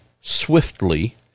swiftly